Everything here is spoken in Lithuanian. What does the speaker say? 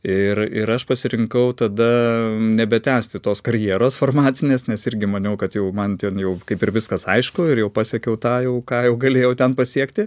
ir ir aš pasirinkau tada nebetęsti tos karjeros farmacinės nes irgi maniau kad jau man ten jau kaip ir viskas aišku ir jau pasiekiau tą jau ką jau galėjau ten pasiekti